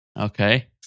Okay